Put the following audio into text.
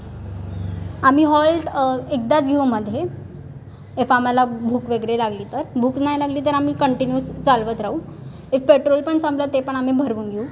आम्ही हॉल्ट एकदाच घेऊ मधे इफ आम्हाला भूक वगैरे लागली तर भूक नाही लागली तर आम्ही कंटिन्यूअस चालवत राहू एक पेट्रोल पण संपलं ते पण आम्ही भरवून घेऊ